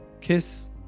Kiss